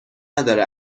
نداره